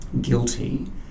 guilty